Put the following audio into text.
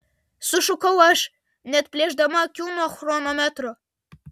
sušukau aš neatplėšdama akių nuo chronometro